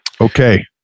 Okay